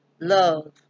Love